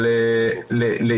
אבל אתם יכולים להעיר הערות.